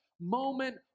moment